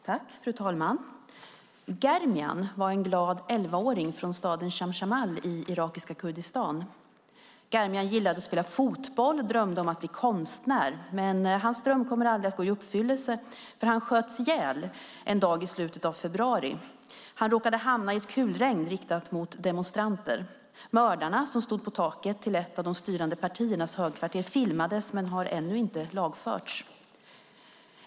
Fru talman! Germian var en glad elvaåring från staden Chamchamal i irakiska Kurdistan. Germian gillade att spela fotboll och drömde om att bli konstnär, men hans dröm kommer aldrig att gå i uppfyllelse eftersom han sköts ihjäl en dag i slutet av februari. Han råkade hamna i ett kulregn riktat mot demonstranter. Mördarna som stod på taket till ett av de styrande partiernas högkvarter filmades men har ännu inte lagförts.